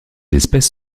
espèces